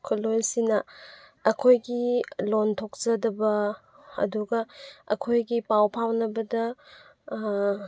ꯈꯣꯜꯂꯣꯏꯁꯤꯅ ꯑꯩꯈꯣꯏꯒꯤ ꯂꯣꯟ ꯊꯣꯛꯆꯗꯕ ꯑꯗꯨꯒ ꯑꯩꯈꯣꯏꯒꯤ ꯄꯥꯎ ꯐꯥꯎꯅꯕꯗ